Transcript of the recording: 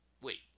wait